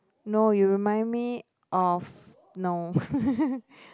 no you remind me of no